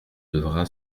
devra